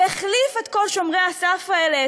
והחליף את כל שומרי הסף האלה,